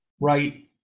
right